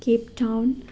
Cape Town